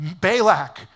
Balak